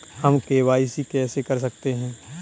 हम के.वाई.सी कैसे कर सकते हैं?